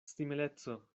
simileco